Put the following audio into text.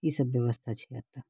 ई सभ व्यवस्था छै एतऽ